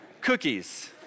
cookies